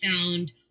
found